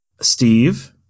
Steve